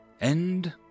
End